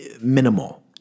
minimal